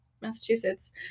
Massachusetts